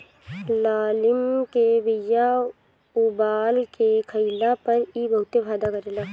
लालमि के बिया उबाल के खइला पर इ बहुते फायदा करेला